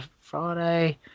Friday